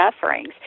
sufferings